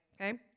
Okay